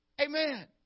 Amen